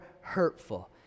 hurtful